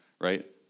right